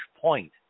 point